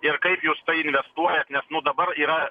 ir kaip jūs investuojat nes nuo dabar yra